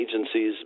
agencies